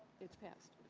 it's passed.